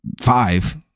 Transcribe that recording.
Five